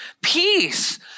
peace